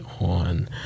on